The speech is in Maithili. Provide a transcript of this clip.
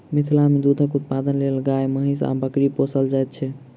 मिथिला मे दूधक उत्पादनक लेल गाय, महीँस आ बकरी पोसल जाइत छै